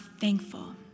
thankful